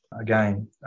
Again